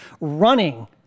running